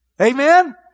Amen